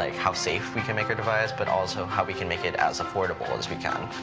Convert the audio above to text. like how safe we can make a device, but also, how we can make it as affordable as we can.